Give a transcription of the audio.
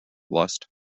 lust